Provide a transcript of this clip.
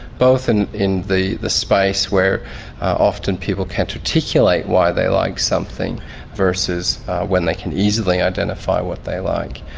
both and in the the space where often people can't articulate why they like something versus when they can easily identify what they like.